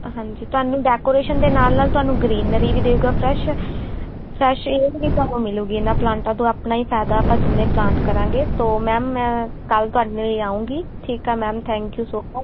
ਹਾਂਜੀ ਤੁਹਾਨੂੰ ਡੈਕੋਰੇਸ਼ਨ ਦੇ ਨਾਲ ਨਾਲ ਤੁਹਾਨੂੰ ਗਰੀਨਰੀ ਵੀ ਦਊਗਾ ਫਰੈਸ਼ ਫਰੈਸ਼ ਏਅਰ ਵੀ ਤੁਹਾਨੂੰ ਮਿਲੂਗੀ ਇਹਨਾਂ ਪਲਾਂਟਾਂ ਤੋਂ ਆਪਣਾ ਹੀ ਫਾਇਦਾ ਆਪਾਂ ਜਿੰਨੇ ਪਲਾਂਟ ਕਰਾਂਗੇ ਤਾਂ ਮੈਮ ਮੈਂ ਕੱਲ੍ਹ ਤੁਹਾਨੂੰ ਲਿਆਉਂਗੀ ਠੀਕ ਹੈ ma'am thank you so much